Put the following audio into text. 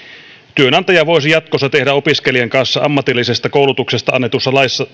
työnantaja voisi jatkossa tehdä opiskelijan kanssa ammatillisesta koulutuksesta annetussa laissa